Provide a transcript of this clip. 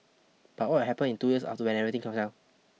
but what will happen in two years after when everything comes down